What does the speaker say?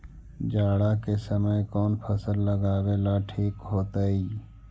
जाड़ा के समय कौन फसल लगावेला ठिक होतइ?